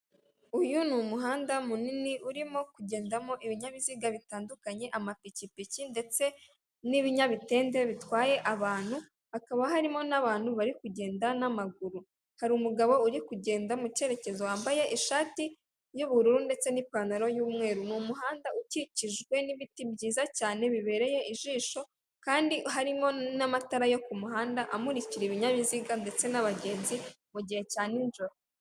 Uyu ni umuhanda munini urimo kugendamo ibinyabiziga bitandukanye, amapikipiki ndetse n'ibinyabitende bitwaye abantu, hakaba harimo n'abantu bari kugenda n'amaguru, hari umugabo uri kugenda mu cyerekezo wambaye ishati y'ubururu ndetse n'ipantaro y'umweru. Ni umuhanda ukikijwe n'ibiti byiza cyane bibereye ijisho kandi harimo n'amatara yo ku muhanda amurikira ibinyabiziga ndetse n'abagenzi mu gihe cya n'ijoro.